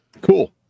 Cool